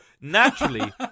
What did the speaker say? naturally